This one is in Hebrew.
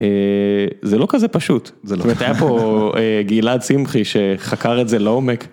זה לא כזה פשוט, זאת אומרת היה פה גלעד סמכי שחקר את זה לעומק.